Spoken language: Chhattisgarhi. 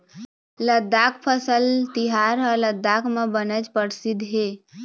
लद्दाख फसल तिहार ह लद्दाख म बनेच परसिद्ध हे